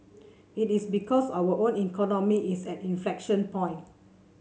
it is because our own economy is at an inflection point